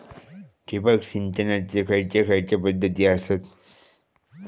ठिबक सिंचनाचे खैयचे खैयचे पध्दती आसत?